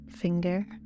finger